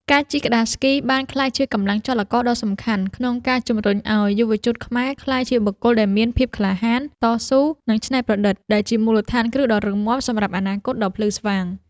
ការជិះក្ដារស្គីបានក្លាយជាកម្លាំងចលករដ៏សំខាន់ក្នុងការជំរុញឱ្យយុវជនខ្មែរក្លាយជាបុគ្គលដែលមាន ភាពក្លាហាន តស៊ូ និងច្នៃប្រឌិត ដែលជាមូលដ្ឋានគ្រឹះដ៏រឹងមាំសម្រាប់អនាគតដ៏ភ្លឺស្វាង។